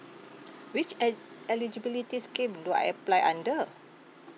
which el~ eligibility scheme do I apply under